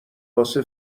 واسه